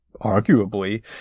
Arguably